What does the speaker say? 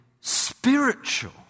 spiritual